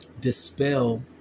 dispel